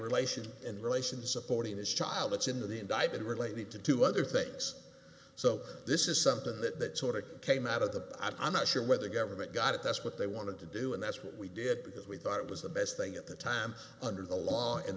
relation in relation supporting his child it's into the indicted related to two other things so this is something that sort of came out of the i'm not sure whether government got it that's what they wanted to do and that's what we did because we thought it was the best thing at the time under the law and